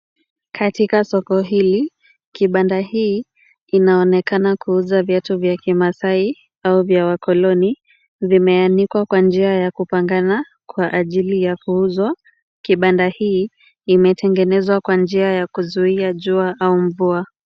Katika soko hili, kibanda hii inaonekana kuuza viatu vya kimasai au vya wakoloni, vimeandikwa kwa njia ya kupangana kwa ajili ya kuuzwa. Kibanda hii imetengenezwa kwa njia ya kuzuia jua au mvua.